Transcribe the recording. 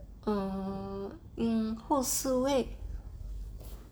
err um 或四位